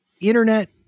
internet